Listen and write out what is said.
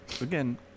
Again